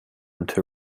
into